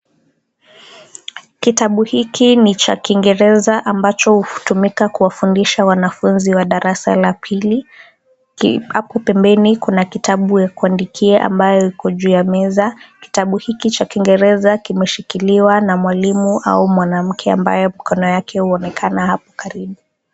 Kitabu hiki ni cha kiingereza ambacho hutumika kufundisha wanafunzi wa darasa la pili, hapo pembeni kuna kitabu ya kuandikia ambayo iko juu ya meza, kitabu hiki cha kingereza kimeshikiliwa na mwalimu au mwanamke ambaye mkono yake huonekana hapo karibu.